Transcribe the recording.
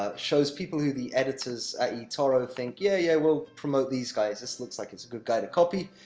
ah shows people who the editors at etoro think yeah, yeah we'll promote these guys this looks like it's a good guy to copy.